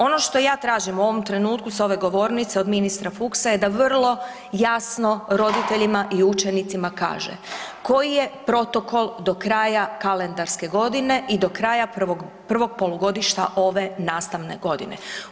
Ono što ja tražim u ovom trenutku s ove govornice od ministra Fuchsa je da vrlo jasno roditeljima i učenicima kaže, koji je protokol do kraja kalendarske godine i do kraja prvog polugodišta ove nastavne godine?